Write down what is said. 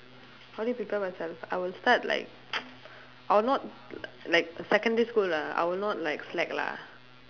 how do you prepare myself I will start like I will not l~ like secondary school lah I will not like slack lah